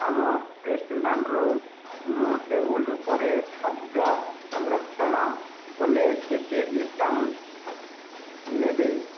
ଆମ ରେଷ୍ଟୁରାଣ୍ଟରୁ ମୁଁ ଟେବୁଲ୍ ଉପରେ ଖାଦ୍ୟ ସଂରକ୍ଷଣ କଲେ କେତେ ଡିସ୍କାଉଣ୍ଟ ନେବେ